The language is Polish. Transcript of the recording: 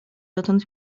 dotąd